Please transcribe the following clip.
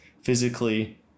physically